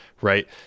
right